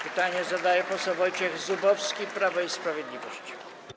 Pytanie zada poseł Wojciech Zubowski, Prawo i Sprawiedliwość.